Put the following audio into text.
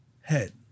head